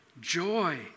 joy